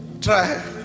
Try